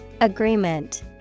Agreement